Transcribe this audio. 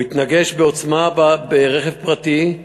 הוא התנגש בעוצמה ברכב פרטי,